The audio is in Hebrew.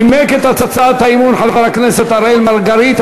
נימק את הצעת האמון חבר הכנסת אראל מרגלית.